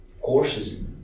courses